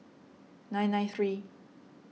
nine nine three